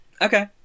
Okay